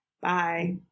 Bye